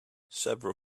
several